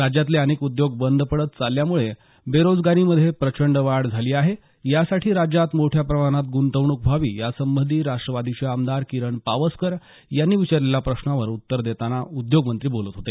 राज्यातले अनेक उद्योग बंद पडत चालल्यामुळे बेरोजगारीमध्ये प्रचंड वाढ झाली आहे यासाठी राज्यात मोठ्या प्रमाणात ग्रंतवणूक व्हावी यासंबंधी राष्ट्रवादीचे आमदार किरण पावसकर यांनी विचारलेल्या प्रश्नावर उत्तर देताना उद्योगमंत्री बोलंत होते